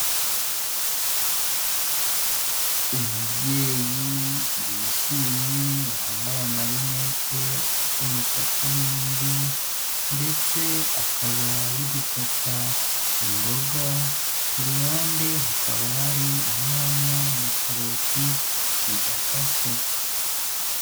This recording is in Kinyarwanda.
Umubyeyi wishimye wambaye amarinete ufite umusatsi w'imvi ndetse akaba ari gukata imboga, i ruhande hakaba hari inyanya na karoti bidakase.